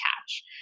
catch